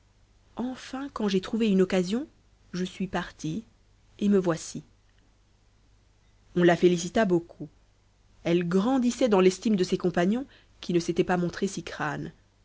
enfin quand j'ai trouvé une occasion je suis partie et me voici on la félicita beaucoup elle grandissait dans l'estime de ses compagnons qui ne s'étaient pas montrés si crânes